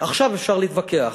עכשיו אפשר להתווכח.